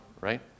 right